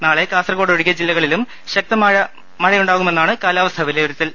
നാളെ കാസർകോ ടൊഴികെ ജില്ലകളിലും ശക്തമായ മഴ ഉണ്ടാകുമെന്നാണ് കാലാ വസ്ഥാ വിലയിരുത്തൽ